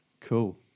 Cool